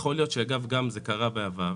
יכול להיות אגב, זה גם קרה בעבר